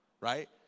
right